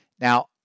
Now